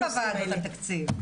יש כבר דיונים על התקציב.